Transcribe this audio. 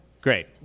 Great